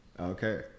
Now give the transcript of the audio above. Okay